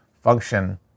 function